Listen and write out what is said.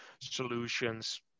solutions